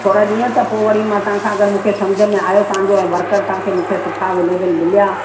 थोरा ॾींहं त पोइ वरी मां तव्हां खां अगरि मूंखे सम्झि में आयो तव्हांजो ऐं वर्कर तव्हांखे मूंखे सुठा अवेलेबल मिलिया